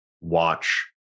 watch